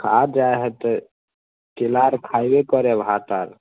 आब जे हेतैक केला आर खाए पड़ैत हए भात साथ